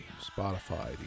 Spotify